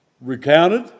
recounted